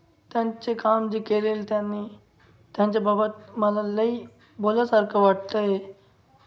त्यांचे काम जे केलेले त्यांनी त्यांच्या बाबत मला लई बोलल्यासारखं वाटतं आहे